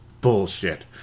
Bullshit